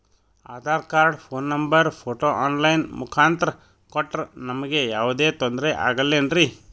Aadhaar card, phone number, photo online ಮುಖಾಂತ್ರ ಕೊಟ್ರ ನಮಗೆ ಯಾವುದೇ ತೊಂದ್ರೆ ಆಗಲೇನ್ರಿ?